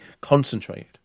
concentrated